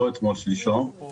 שלשום,